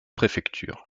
préfecture